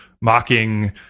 mocking